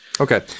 okay